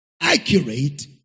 accurate